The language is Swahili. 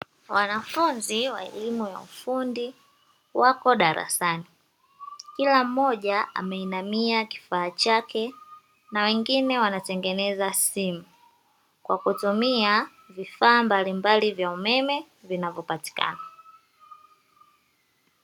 Wanafunzi wa elimu ya ufundi wapo darasani, kila mmoja ameinamia kifaa chake na wengine wanatengeneza simu kwa kutumia vifaa mbalimbali vya umeme vinavyopatikana.